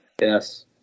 Yes